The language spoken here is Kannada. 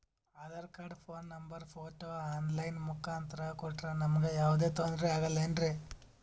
Aadhaar card, phone number, photo online ಮುಖಾಂತ್ರ ಕೊಟ್ರ ನಮಗೆ ಯಾವುದೇ ತೊಂದ್ರೆ ಆಗಲೇನ್ರಿ?